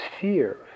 fear